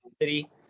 City